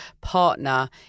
partner